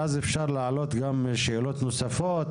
ואז אפשר להעלות גם שאלות נוספות,